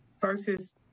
versus